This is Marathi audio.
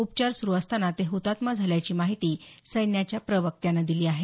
उपचार सुरू असताना ते हुतात्मा झाल्याची माहिती सैन्याच्या प्रवक्त्यानं दिली आहे